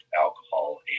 alcohol